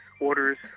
orders